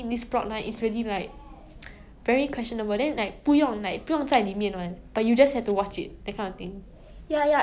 mm